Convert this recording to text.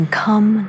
come